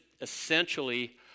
essentially